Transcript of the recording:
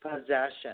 Possession